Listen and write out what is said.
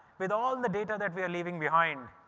with all the data that we are leaving behind,